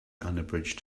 unabridged